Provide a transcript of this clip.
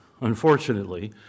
unfortunately